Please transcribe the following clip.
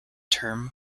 term